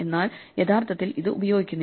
എന്നാൽ യഥാർത്ഥത്തിൽ അത് ഉപയോഗിക്കുന്നില്ല